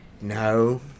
No